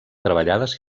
treballades